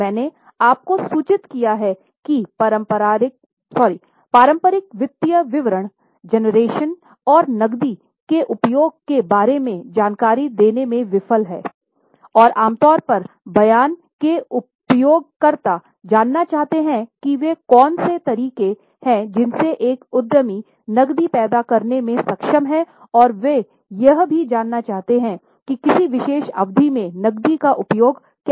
मैंने आपको सूचित किया है कि पारंपरिक वित्तीय विवरण जनरेशन और नकदी के उपयोग के बारे में जानकारी देने में विफल हैं और आमतौर पर बयान के उपयोगकर्ता जानना चाहते हैं कि वे कौन से तरीके हैं जिनसे एक उद्यमी नक़दी पैदा करने में सक्षम है और वे यह भी जानना चाहते हैं कि किसी विशेष अवधि में नक़दी का उपयोग कैसे किया जाता है